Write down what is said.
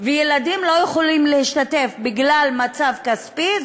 כלשהי וילדים לא יכולים להשתתף בגלל מצב כספי,